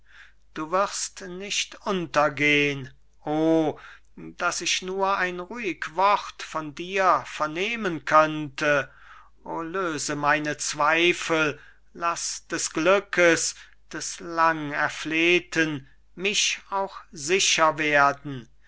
du wirst nicht untergehn o daß ich nur ein ruhig wort von dir vernehmen könnte o löse meine zweifel laß des glückes des lang erflehten mich auch sicher werden